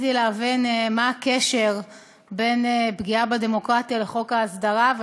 ניסיתי להבין מה הקשר בין פגיעה בדמוקרטיה לחוק ההסדרה,